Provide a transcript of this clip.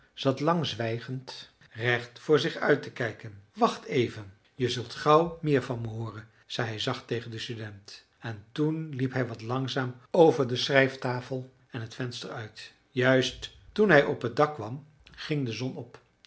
zat lang zwijgend recht voor zich uit te kijken wacht even je zult gauw meer van me hooren zei hij zacht tegen den student en toen liep hij wat langzaam over de schrijftafel en het venster uit juist toen hij op het dak kwam ging de zon op